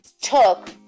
took